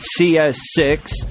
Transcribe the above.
CS6